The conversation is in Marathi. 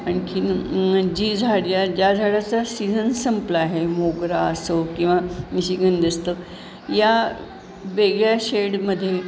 आणखीन जी झाड्या ज्या झाडाचा सीझन संपला आहे मोगरा असो किंवा निशिगंध असतो या वेगळ्या शेडमध्ये